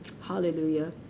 Hallelujah